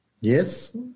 Yes